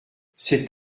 cet